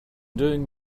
doing